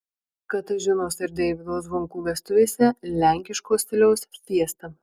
katažinos ir deivydo zvonkų vestuvėse lenkiško stiliaus fiesta